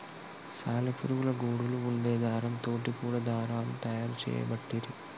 సాలె పురుగుల గూడులా వుండే దారం తోటి కూడా దారాలు తయారు చేయబట్టిరి